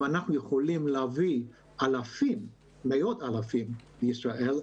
אם אנחנו יכולים להביא מאות אלפים לישראל,